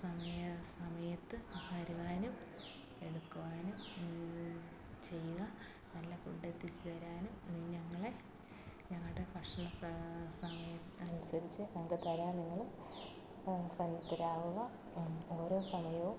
സമയാസമയത്ത് വരുവാനും എടുക്കുവാനും ചെയ്യുക നല്ല ഫുഡ് എത്തിച്ചു തരാനും ഞങ്ങളെ ഞങ്ങളുടെ ഭക്ഷണ സമയം അനുസരിച്ച് കൊണ്ട് തരാൻ നിങ്ങള് സംയുക്തരാവുക ഓരോ സമയവും